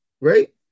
right